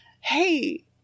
hey